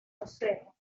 concejo